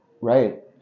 Right